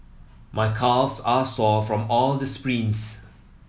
my calves are sore from all the sprints